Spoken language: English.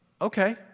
Okay